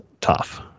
tough